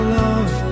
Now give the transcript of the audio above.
love